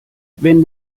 wenn